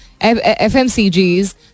FMCGs